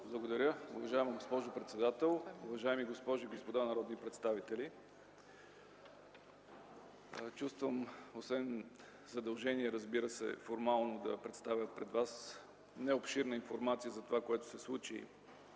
Благодаря. Уважаема госпожо председател, уважаеми госпожи и господа народни представители! Освен задължение, разбира се формално, да представя пред вас необширна информация за това, което се случи